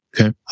Okay